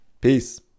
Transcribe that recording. Peace